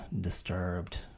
disturbed